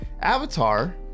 Avatar